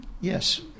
Yes